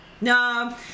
No